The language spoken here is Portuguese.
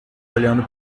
olhando